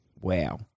Wow